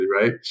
Right